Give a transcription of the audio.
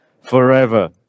forever